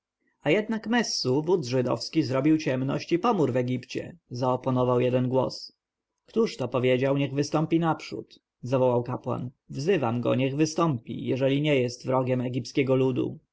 a jednak messu wódz żydowski zrobił ciemność i pomór w egipcie zaoponował jeden głos który to powiedział niech wystąpi naprzód zawołał kapłan wzywam go niech wystąpi jeżeli nie jest wrogiem egipskiego ludu